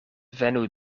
venu